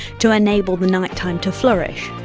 to enable the night time to flourish?